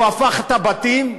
הוא הפך את הבתים.